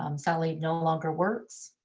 um sally no longer works.